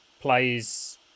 plays